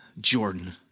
Jordan